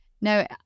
No